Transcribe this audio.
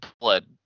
blood